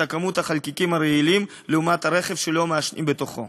כמות החלקיקים הרעילים לעומת רכב שלא מעשנים בתוכו.